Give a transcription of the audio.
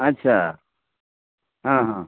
अच्छा हँ हँ